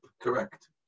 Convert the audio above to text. Correct